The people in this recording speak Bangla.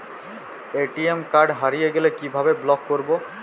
এ.টি.এম কার্ড হারিয়ে গেলে কিভাবে ব্লক করবো?